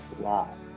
Wow